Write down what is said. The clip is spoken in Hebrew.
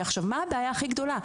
ועכשיו מה הבעיה הכי גדולה?